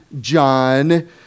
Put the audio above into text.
John